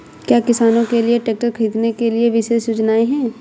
क्या किसानों के लिए ट्रैक्टर खरीदने के लिए विशेष योजनाएं हैं?